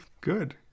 Good